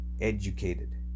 educated